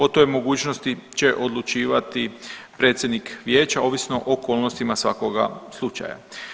O toj mogućnosti će odlučivati predsjednik vijeća ovisno o okolnostima svakoga slučaja.